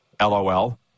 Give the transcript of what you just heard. LOL